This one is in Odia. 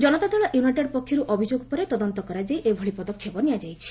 ଜନତାଦଳ ୟୁନାଇଟେଡ୍ ପକ୍ଷରୁ ଅଭିଯୋଗ ପରେ ତଦନ୍ତ କରାଯାଇ ଏଭଳି ପଦକ୍ଷେପ ଦିଆଯାଇଛି